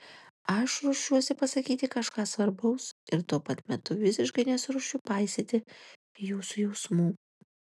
aš ruošiuosi pasakyti kažką svarbaus ir tuo pat metu visiškai nesiruošiu paisyti jūsų jausmų